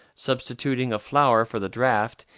substituting a flower for the draught,